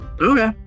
Okay